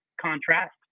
contrast